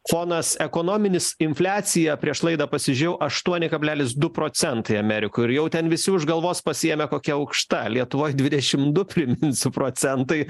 fonas ekonominis infliacija prieš laidą pasižiūrėjau aštuoni kablelis du procentai amerikoj ir jau ten visi už galvos pasiėmę kokia aukšta lietuvoj dvidešim du priminsiu procentai